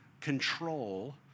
control